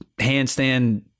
handstand